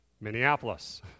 Minneapolis